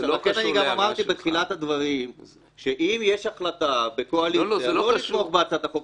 אני אמרתי בתחילת הדברים שאם יש החלטה בקואליציה לא לתמוך בהצעת החוק,